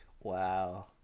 Wow